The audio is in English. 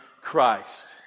Christ